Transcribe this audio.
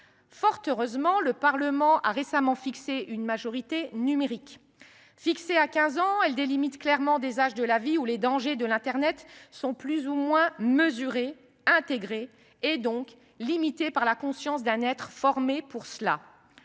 Fort heureusement, le Parlement a récemment fixé une majorité numérique. Fixée à 15 ans, elle délimite clairement les âges de la vie où les dangers de l’internet sont plus ou moins mesurés, intégrés, donc limités par la conscience d’un être formé pour cela.